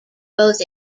both